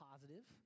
positive